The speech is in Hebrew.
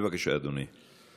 בבקשה, אדוני.